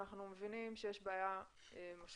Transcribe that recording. אנחנו מבינים שיש בעיה משמעותית